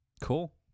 Cool